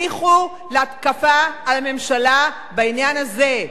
הניחו להתקפה על הממשלה בעניין הזה.